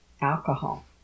alcohol